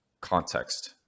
context